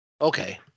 Okay